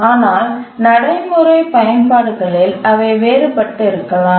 ஆனால் நடைமுறை பயன்பாடுகளில் அவை வேறு பட்டு இருக்கலாம்